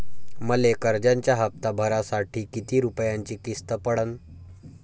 मले कर्जाचा हप्ता भरासाठी किती रूपयाची किस्त पडन?